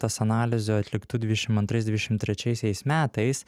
tas analizių atliktų dvidešim antrais dvidešim trečiaisiais metais